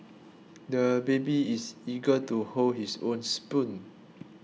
the baby is eager to hold his own spoon